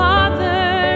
Father